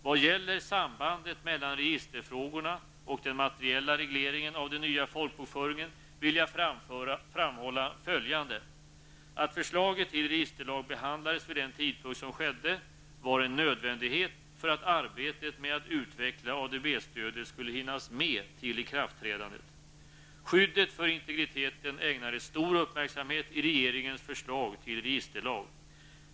Vad gäller sambandet mellan registerfrågorna och den materiella regleringen av den nya folkbokföringen vill jag framhålla följande. Att förslaget till registerlag behandlades vid den tidpunkt som skedde var en nödvändighet för att arbetet med att utveckla ADB-stödet skulle hinnas med till ikraftträdandet. Skyddet för integriteten ägnades stor uppmärksamhet i regeringens förslag till registerlag.